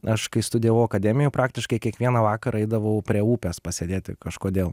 aš kai studijavau akademijo praktiškai kiekvieną vakarą eidavau prie upės pasėdėti kažkodėl